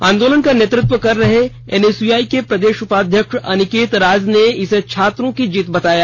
आंदोलन का नेतत्व कर रहे एनएसयुआई के प्रदेश उपाध्यक्ष अनिकेत राज ने इसे छात्रों की जीत बताया